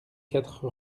quatre